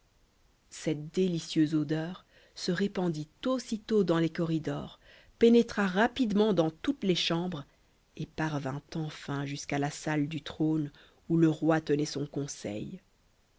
cette délicieuse odeur se répandit aussitôt dans les corridors pénétra rapidement dans toutes les chambres et parvint enfin jusqu'à la salle du trône où le roi tenait son conseil